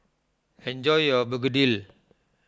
enjoy your Begedil